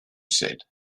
said